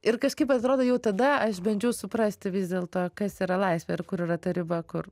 ir kažkaip atrodo jau tada aš bandžiau suprasti vis dėlto kas yra laisvė ir kur yra ta riba kur